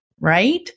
right